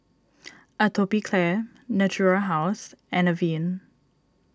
Atopiclair Natura House and Avene